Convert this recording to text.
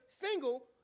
single